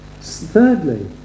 Thirdly